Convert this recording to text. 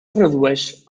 redueix